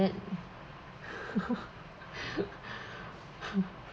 that